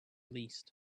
least